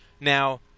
Now